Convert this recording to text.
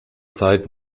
zeit